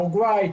אורוגוואי,